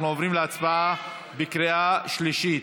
אנחנו עוברים להצבעה בקריאה שלישית.